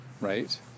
right